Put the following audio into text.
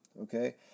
okay